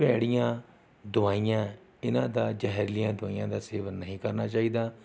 ਭੈੜੀਆਂ ਦਵਾਈਆਂ ਇਹਨਾਂ ਦਾ ਜ਼ਹਿਰਲੀਆਂ ਦਵਾਈਆਂ ਦਾ ਸੇਵਨ ਨਹੀਂ ਕਰਨਾ ਚਾਹੀਦਾ